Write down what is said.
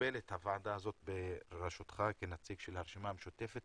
לקבל את הוועדה הזאת בראשותך כנציג של הרשימה המשותפת,